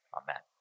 amen